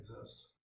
exist